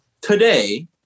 today